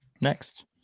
Next